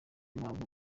mpamvu